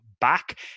back